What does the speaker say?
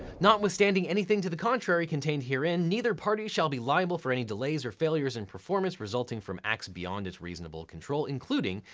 notwithstanding anything to the contrary contained herein, neither party shall be liable for any delays or failures in performance resulting from acts beyond its reasonable control including,